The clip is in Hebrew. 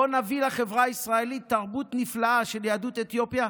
בוא נביא לחברה הישראלית תרבות נפלאה של יהדות אתיופיה,